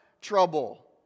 trouble